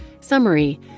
Summary